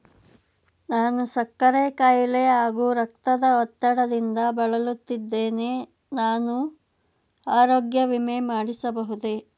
ನಾನು ಸಕ್ಕರೆ ಖಾಯಿಲೆ ಹಾಗೂ ರಕ್ತದ ಒತ್ತಡದಿಂದ ಬಳಲುತ್ತಿದ್ದೇನೆ ನಾನು ಆರೋಗ್ಯ ವಿಮೆ ಮಾಡಿಸಬಹುದೇ?